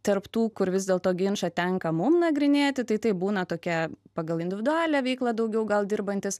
tarp tų kur vis dėlto ginčą tenka mum nagrinėti tai taip būna tokie pagal individualią veiklą daugiau gal dirbantys